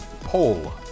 Poll